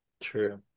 True